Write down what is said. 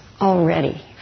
already